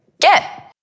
get